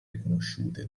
riconosciute